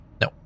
no